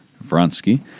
Vronsky